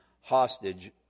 hostage